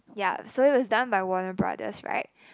ya so it was done by Warner Brothers right